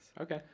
Okay